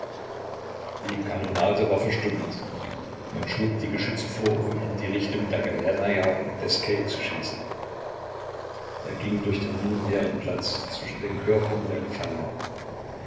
die kanonade war verstummt man schob die geschütze vor um in die richtung der galernaja und des quai zu schießen er ging durch den nun leeren platz zwischen den körpern der gefallenen